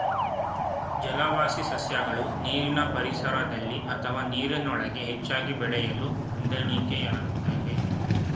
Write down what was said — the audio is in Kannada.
ಜಲವಾಸಿ ಸಸ್ಯಗಳು ನೀರಿನ ಪರಿಸರದಲ್ಲಿ ಅಥವಾ ನೀರಿನೊಳಗೆ ಹೆಚ್ಚಾಗಿ ಬೆಳೆಯಲು ಹೊಂದಾಣಿಕೆಯಾಗ್ತವೆ